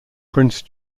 prince